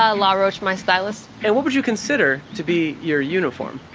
ah law roche, my stylist. and what would you consider to be your uniform?